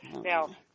Now